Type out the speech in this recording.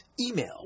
email